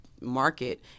market